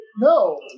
No